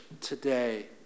today